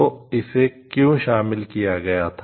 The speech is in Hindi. तो इसे क्यों शामिल किया गया था